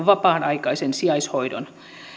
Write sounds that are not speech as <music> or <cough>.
<unintelligible> vapaan aikaisen sijaishoidon